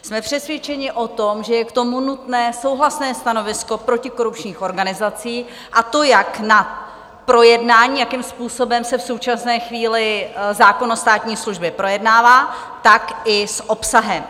Jsme přesvědčeni o tom, že je k tomu nutné souhlasné stanovisko protikorupčních organizací, a to jak na projednání, jakým způsobem se v současné chvíli zákon o státní službě projednává, tak i s obsahem.